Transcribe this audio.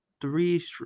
three